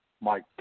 Mike